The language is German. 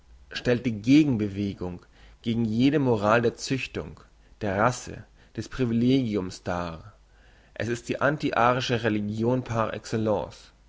stellt die gegenbewegung gegen jede moral der züchtung der rasse des privilegiums dar es ist die antiarische religion par excellence